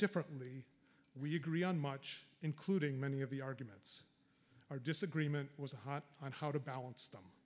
differently we agree on much including many of the arguments our disagreement was a hot on how to balance them